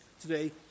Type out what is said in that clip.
today